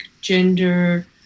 gender